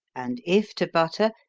and if to butter,